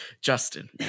Justin